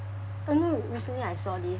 uh no recently I saw this